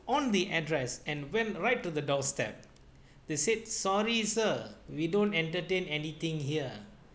on the address and went right to the doorstep they said sorry sir we don't entertain anything here